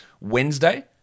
Wednesday